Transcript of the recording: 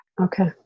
okay